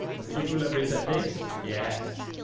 let's give elaborate at this. yes,